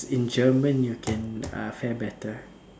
in German you can uh fare better